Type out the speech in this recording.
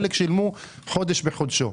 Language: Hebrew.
חלק שילמו חודש בחודשו.